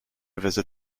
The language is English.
visit